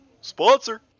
Sponsor